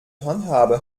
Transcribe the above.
handhabe